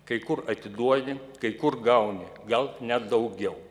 kai kur atiduodi kai kur gauni gal net daugiau